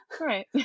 Right